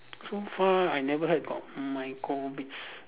so far I never heard of micro bits